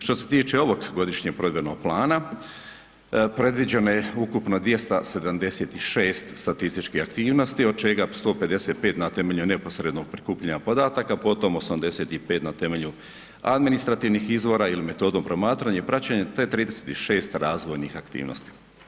Što se tiče ovog Godišnjeg provedbenog plana predviđeno je ukupno 276 statističkih aktivnosti, od čega 155 na temelju neposrednog prikupljanja podataka, potom 85 na temelju administrativnih izvora ili metodom promatranja i praćenje te 36 razvojnih aktivnosti.